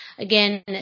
Again